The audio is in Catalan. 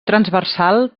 transversal